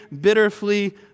bitterly